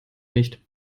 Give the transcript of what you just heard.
nicht